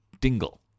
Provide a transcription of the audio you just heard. Dingle